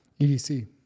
EDC